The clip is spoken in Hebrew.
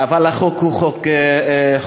אבל החוק הוא חוק חשוב.